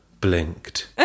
blinked